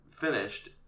finished